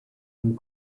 and